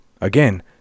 Again